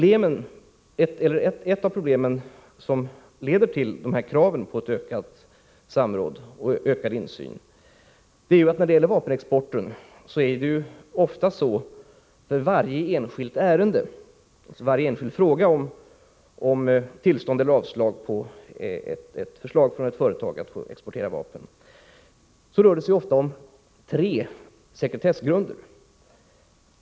Ett av problemen som leder till kraven på ökat samråd och ökad insyn är att när det gäller vapenexporten rör det sig ofta, för varje enskild fråga om tillstånd eller avslag på ett förslag från ett företag att få exportera vapen, om tre sekretessgrunder.